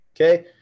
okay